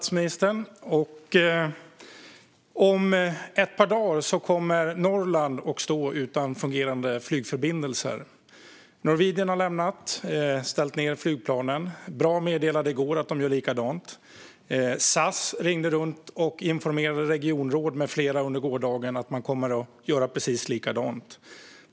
Herr talman! Om ett par dagar kommer Norrland att stå utan fungerande flygförbindelser. Norwegian har ställt ned flygplanen och lämnat den delen av landet. I går meddelade BRA att de gör detsamma, och SAS ringde runt och informerade regionråd med flera om att man kommer att göra precis likadant.